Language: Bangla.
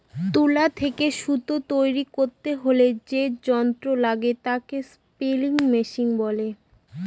তুলা থেকে সুতা তৈরী করতে হলে যে যন্ত্র লাগে তাকে স্পিনিং মেশিন বলে